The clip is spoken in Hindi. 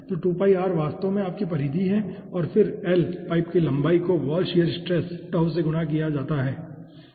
तो वास्तव में आपकी परिधि है और फिर पाइप की लंबाई को वॉल शियर स्ट्रेस से गुणा किया जाता है ठीक है